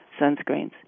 sunscreens